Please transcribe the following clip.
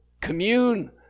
commune